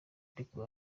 ariko